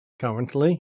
Currently